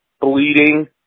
bleeding